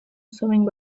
swimming